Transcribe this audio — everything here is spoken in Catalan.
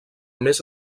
més